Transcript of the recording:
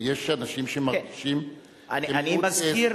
יש אנשים שמרגישים כמיעוט,